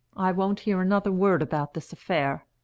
i won't hear another word about this affair.